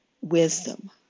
wisdom